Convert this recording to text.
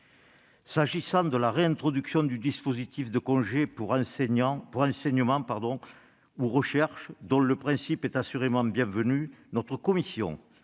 Concernant la réintroduction du dispositif de congé d'enseignement ou de recherche, dont le principe est assurément bienvenu, notre commission